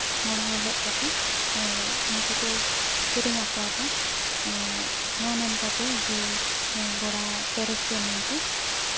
ᱢᱚᱬᱮ ᱦᱚᱲ ᱦᱮᱡ ᱠᱟᱛᱮ ᱩᱱᱠᱩ ᱠᱚ ᱥᱮᱨᱮᱧ ᱟᱠᱚᱣᱟ ᱠᱚ ᱱᱚᱣᱟ ᱢᱮᱱ ᱠᱟᱛᱮ ᱡᱮ ᱦᱚᱲᱟ ᱯᱮᱨᱮᱡᱽ ᱯᱮ ᱢᱮᱱᱛᱮ ᱟᱨ